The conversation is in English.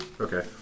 Okay